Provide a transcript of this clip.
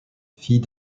fille